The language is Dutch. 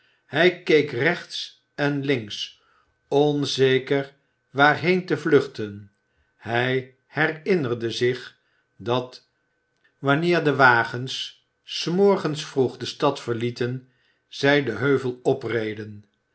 hij keek rechts en links onzeker waarheen te vluchten hij herinnerde zich dat wanneer de wagens s morgens vroeg de stad verlieten zij den heuvel opreden